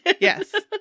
Yes